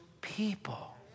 people